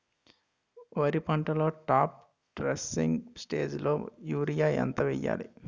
వరి పంటలో top dressing స్టేజిలో యూరియా ఎంత వెయ్యాలి?